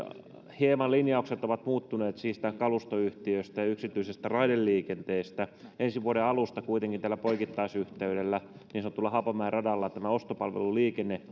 hieman linjaukset ovat muuttuneet siitä kalustoyhtiöstä ja yksityisestä raideliikenteestä ensi vuoden alusta kuitenkin tällä poikittaisyhteydellä niin sanotulla haapamäen radalla ostopalveluliikenne